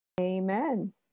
Amen